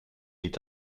est